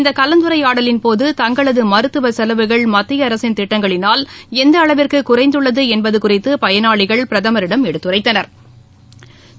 இந்த கலந்துரையாடலின் போது தங்களது மருத்துவ செலவுகள் மத்திய அரசின் திட்டங்களினால் எந்த அளவிற்கு குறைந்துள்ளது என்பது குறித்து பயனாளிகள் பிரதமரிடம் எடுத்துரைத்தனா்